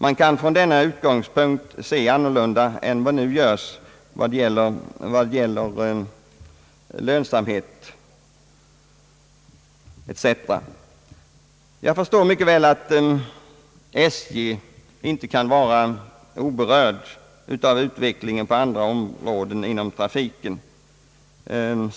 Man bör från denna utgångspunkt se annorlunda än som nu görs när det gäller kravet på lönsamhet etc. Jag förstår mycket väl att man inom SJ inte kan vara oberörd av utvecklingen på andra områden inom trafiken.